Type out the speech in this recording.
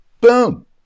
boom